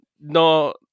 no